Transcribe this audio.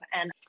And-